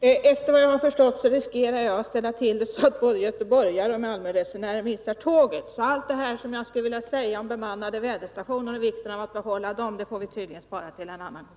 Herr talman! Såvitt jag förstår riskerar jag att ställa till det så, att både göteborgare och malmöbor kommer att missa sina tåg. Allt det som finns att säga om vikten av att bemannade väderstationer bibehålls får jag tydligen vänta med att säga till en annan gång.